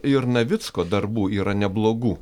ir navicko darbų yra neblogų